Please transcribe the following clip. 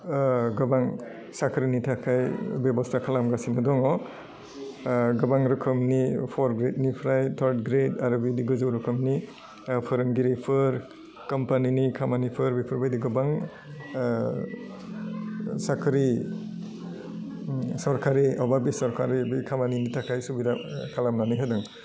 गोबां साख्रिनि थाखाय बेबस्था खालामगासिनो दङ गोबां रोखोमनि फर ग्रेदनिफ्राय थार्द ग्रेद आरो बेनि गोजौ रोखोमनि फोरोंगिरिफोर कम्पानिनि खामानिफोर बेफोरबायदि गोबां साख्रि सरकारि एबा बेसरकारि बे खामानिनि थाखाय सुबिदा खालामनानै होदों